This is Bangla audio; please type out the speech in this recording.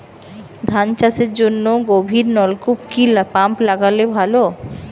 ধান চাষের জন্য গভিরনলকুপ কি পাম্প লাগালে ভালো?